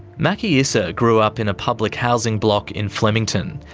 maki issa grew up in a public housing block in flemington.